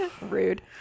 Rude